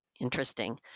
Interesting